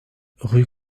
rue